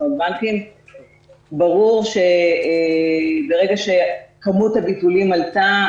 ברור שברגע שכמות הביטולים עלתה,